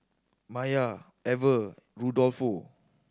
Maiya Ever Rudolfo